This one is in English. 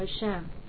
Hashem